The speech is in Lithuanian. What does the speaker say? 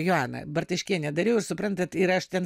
joana bartaškienė dariau ir suprantat ir aš ten